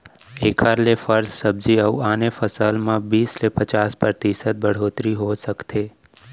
एखर ले फर, सब्जी अउ आने फसल म बीस ले पचास परतिसत बड़होत्तरी हो सकथे